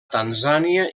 tanzània